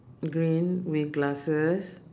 green with glasses